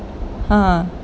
ah